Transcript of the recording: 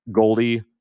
goldie